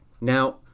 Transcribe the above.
now